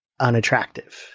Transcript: unattractive